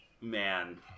Man